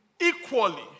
equally